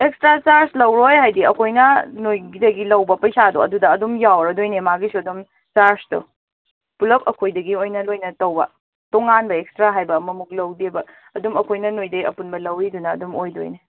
extra charge ꯂꯧꯔꯣꯏ ꯍꯥꯏꯗꯤ ꯑꯩꯈꯣꯏꯅ ꯅꯣꯏꯒꯤꯗꯒꯤ ꯂꯧꯕ ꯄꯩꯁꯥꯗꯣ ꯑꯗꯨꯗ ꯑꯗꯨꯝ ꯌꯥꯎꯔꯗꯣꯏꯅꯦ ꯃꯥꯒꯤꯁꯨ ꯑꯗꯨꯝ ꯆꯥꯔꯖꯇꯣ ꯄꯨꯂꯜ ꯑꯩꯈꯣꯏꯗꯒꯤ ꯑꯣꯏꯅ ꯂꯣꯏꯅ ꯇꯧꯕ ꯇꯣꯉꯥꯟꯕ ꯑꯦꯛꯁꯇ꯭ꯔꯥ ꯍꯥꯏꯕ ꯑꯃꯃꯨꯛ ꯂꯧꯗꯦꯕ ꯑꯗꯨꯝ ꯑꯩꯈꯣꯏꯅ ꯅꯣꯏꯗꯩ ꯑꯄꯨꯟꯕ ꯂꯧꯔꯤꯗꯨꯅ ꯑꯗꯨꯝ ꯑꯣꯏꯗꯣꯏꯅꯦ